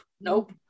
Nope